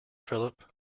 philip